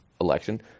election